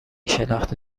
شلخته